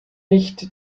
nicht